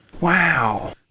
Wow